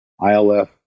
ILF